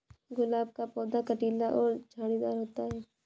गुलाब का पौधा कटीला और झाड़ीदार होता है